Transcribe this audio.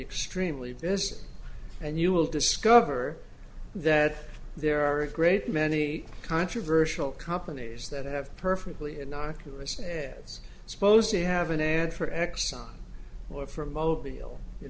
extremely this and you will discover that there are a great many controversial companies that have perfectly innocuous and is supposed to have an ad for exxon or from o b l you